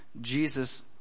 Jesus